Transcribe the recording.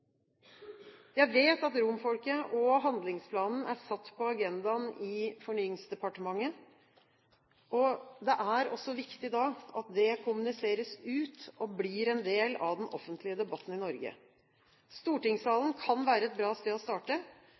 Jeg vet at romfolket og handlingsplanen er satt på agendaen i Fornyingsdepartementet. Det er også viktig at det kommuniseres ut og blir en del av den offentlige debatten i Norge. Stortingssalen kan være et bra sted å starte.